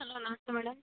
hello namaste madam